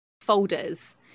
folders